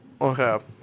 Okay